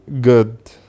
good